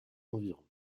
environs